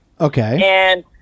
Okay